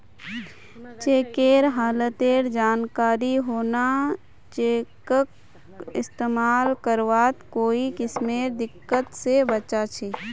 चेकेर हालतेर जानकारी होना चेकक इस्तेमाल करवात कोई किस्मेर दिक्कत से बचा छे